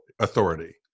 authority